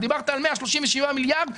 דיברת על 137 מיליארד,